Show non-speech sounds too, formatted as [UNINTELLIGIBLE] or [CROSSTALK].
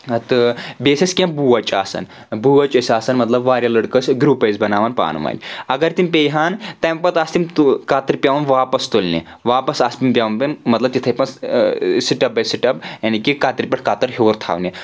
تہٕ بیٚیہِ ٲسۍ أسۍ کینٛہہ بوچ آسان بوچ ٲسۍ آسَان مطلب واریاہ لٔڑکہٕ ٲسۍ گرُپ ٲسۍ بناوَان پانہٕ وَنۍ اگر تِم پیٚیہِ ہَن تَمہِ پتہٕ آسہٕ تِم کَترِ پؠوان واپَس تُلنہِ واپَس آسہٕ تِم پؠوَان مطلب تِتَھے [UNINTELLIGIBLE] سٕٹَیپ باے سٕٹَیپ یعنے کہِ کَترِ پؠٹھ کَتٕر ہِیوُر تھاونہِ